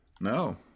No